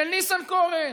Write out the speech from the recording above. של ניסנקורן.